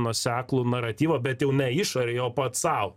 nuoseklų naratyvą bet jau ne išorėj o pats sau